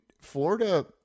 Florida